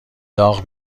داغ